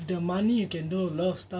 with the money you can do a lot of stuff sia